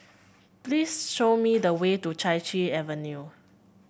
please show me the way to Chai Chee Avenue